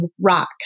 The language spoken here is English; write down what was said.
rock